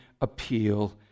appeal